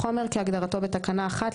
חומר כהגדרתו בתקנה 1,